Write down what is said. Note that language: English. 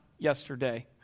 yesterday